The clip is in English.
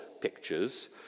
pictures